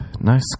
Nice